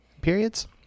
periods